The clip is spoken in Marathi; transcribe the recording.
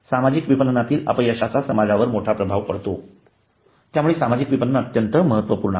सामाजिक विपणनातील अपयशाचा समाजावर मोठा प्रभाव पडतो त्यामुळे सामाजिक विपणन अत्यंत महत्त्वपूर्ण आहे